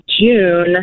June